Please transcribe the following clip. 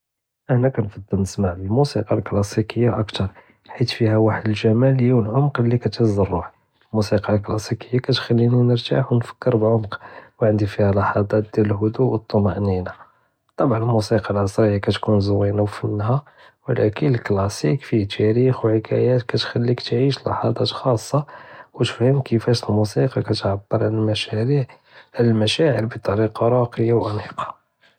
אנא כנפעל נסמע אלמוסיקה אלקלאסיקיה אכתר חית פי'ה וחד אלג'מאלה ואלעמק לי כתעז אלרוח. אלמוסיקה אלקלאסיקיה כתחליני נרתאח ונפכר בעמק וענדי פי'ה להז'את דיאל אלهدוא ואלטמאנינה, טבעאן אלמוסיקה אלעצריה כתכון זוינה ולקין לקלאסיק פי'ה תאריח וחקאיות כתחליק תעיש להז'את חאסה ותפם כיפאש אלמוסיקה כתעבר עלא אלמשاعر בטאריקה ראקיה ועמיקה.